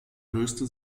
löste